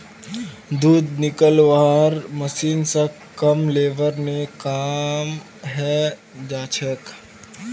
दूध निकलौव्वार मशीन स कम लेबर ने काम हैं जाछेक